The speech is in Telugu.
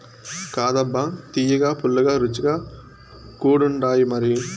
కాదబ్బా తియ్యగా, పుల్లగా, రుచిగా కూడుండాయిమరి